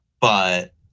but-